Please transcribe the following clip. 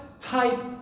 type